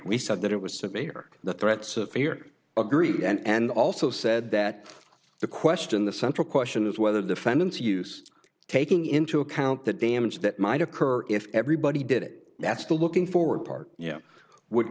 we said that it was severe the threat severe agreed and also said that the question the central question is whether the defendants use taking into account the damage that might occur if everybody did it that's the looking forward part y